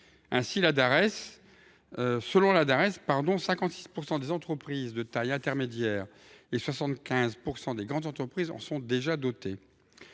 – selon la Dares, 56 % des entreprises de taille intermédiaire et 75 % des grandes entreprises en sont dotées.